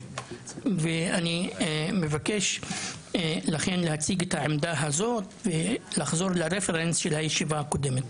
ואני מבקש מכם להציג את העמדה הזאת ולחזור לרפרנס של הישיבה הקודמת.